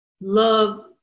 love